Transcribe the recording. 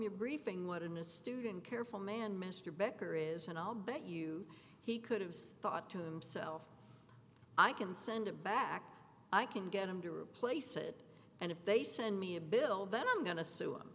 the briefing what an a student careful man mr becker is and i'll bet you he could have thought to himself i can send it back i can get him to replace it and if they send me a bill that i'm going to sue him